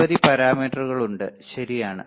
നിരവധി പാരാമീറ്ററുകൾ ഉണ്ട് ശരിയാണ്